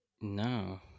No